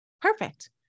perfect